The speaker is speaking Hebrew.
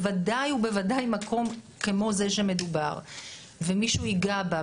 בוודאי ובוודאי מקום כמו זה שמדובר ומישהו יגע בה,